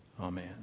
Amen